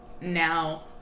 now